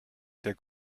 der